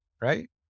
right